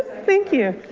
thank you.